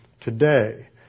today